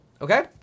okay